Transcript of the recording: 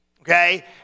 okay